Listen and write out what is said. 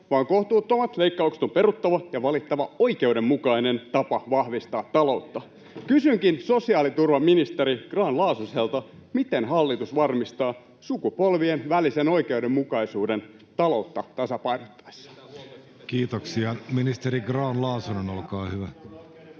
vaan kohtuuttomat leikkaukset on peruttava ja valittava oikeudenmukainen tapa vahvistaa taloutta. Kysynkin sosiaaliturvaministeri Grahn-Laasoselta: miten hallitus varmistaa sukupolvien välisen oikeudenmukaisuuden taloutta tasapainotettaessa? Kiitoksia. — Ministeri Grahn-Laasonen, olkaa hyvä.